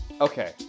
Okay